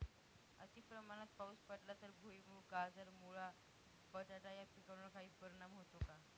अतिप्रमाणात पाऊस पडला तर भुईमूग, गाजर, मुळा, बटाटा या पिकांवर काही परिणाम होतो का?